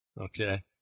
okay